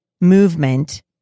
movement